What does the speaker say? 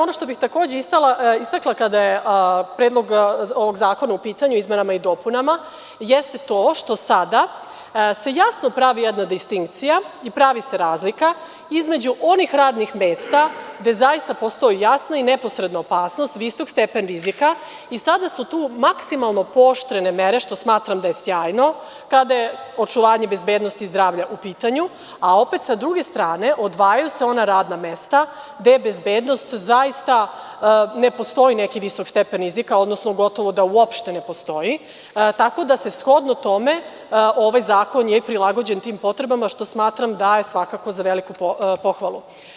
Ono što bih takođe istakla kada je Predlog ovog zakona u pitanju, o izmenama i dopunama, jeste to što sada se jasno pravi jedna distinkcija i pravi se razlika između onih radnih mesta gde zaista postoji jasna i neposredna opasnost, visok stepen rizika i sada su tu maksimalno pooštrene mere, što smatram da je sjajno, kada je očuvanje bezbednosti i zdravlja u pitanju, a opet, s druge strane, odvajaju se ona radna mesta gde je bezbednost, zaista, ne postoji neki visok stepen rizika, odnosno gotovo da uopšte ne postoji, tako da, shodno tome, ovaj zakon je prilagođen tim potrebama, što smatram da je svakako za veliku pohvalu.